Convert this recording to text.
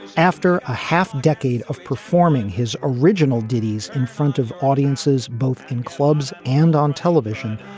after a half decade of performing his original duties in front of audiences both in clubs and on television,